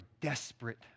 desperate